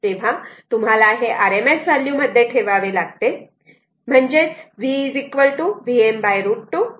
तेव्हा तुम्हाला हे RMS व्हॅल्यू मध्ये ठेवावे लागते म्हणजेच v Vm √ 2 आणि अँगल θ असतो